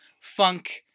funk